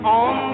on